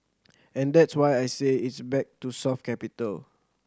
and that's why I say it's back to soft capital